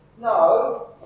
no